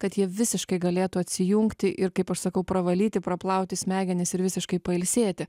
kad jie visiškai galėtų atsijungti ir kaip aš sakau pravalyti praplauti smegenis ir visiškai pailsėti